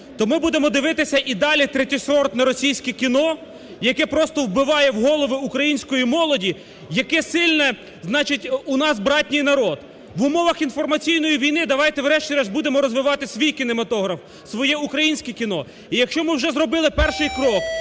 то ми будемо дивитися і далі третьосортне російське кіно, яке просто вбиває в голови української молоді, який сильний, значить, у нас братній народ. В умовах інформаційної війни давайте врешті-решт будемо розвивати свій кінематограф, своє українське кіно. І, якщо ми вже зробили перший крок